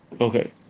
Okay